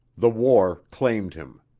the war claimed him.